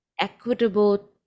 equitable